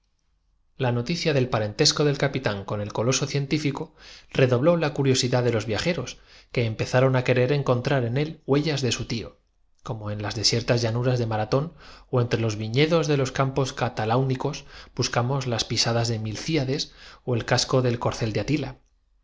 la noticia del parentesco del capitán con el coloso apre tando los puños un partidario de la causa científico redobló la curiosidad de los viajeros que legitimista poco á pocoargumentaba un sensato si el ana empezaron á querer encontrar en él huellas de su tío cronópete conduce á deshacer lo hecho á mí me pa como en las desiertas llanuras de maratón ó entre los rece que debemos felicitarnos porque eso nos permite viñedos de los campos cataláunicos buscamos las pi reparar nuestras faltas sadas de milcíades ó el casco del corcel de atila